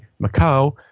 Macau